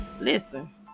Listen